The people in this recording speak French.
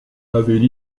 avaient